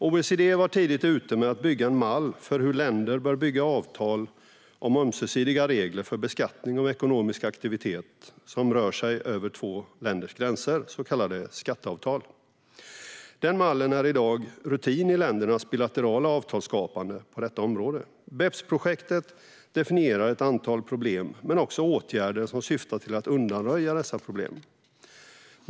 OECD var tidigt ute med att skapa en mall för hur länder bör bygga avtal om ömsesidiga regler för beskattning av ekonomisk aktivitet som rör sig över två länders gränser, så kallade skatteavtal. Den mallen är i dag rutin i länders bilaterala avtalsskapande på detta område. BEPS-projektet definierar ett antal problem men också åtgärder som syftar till att undanröja dessa problem.